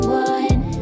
one